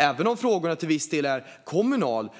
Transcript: Även om frågorna till viss del är kommunala